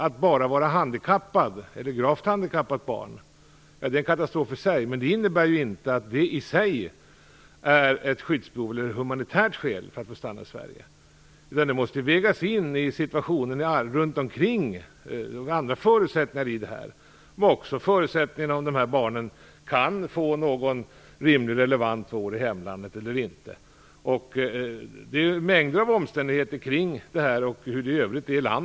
Att vara ett gravt handikappat barn är en katastrof i sig, men det medför inte ett skyddsbehov eller ett humanitärt skäl för att få stanna i Sverige. Det måste vägas in i bilden om situationen runt omkring. Man måste också se på förutsättningarna för dessa barn att få relevant vård i hemlandet. Det är mängder av omständigheter som måste beaktas.